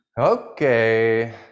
Okay